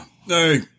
hey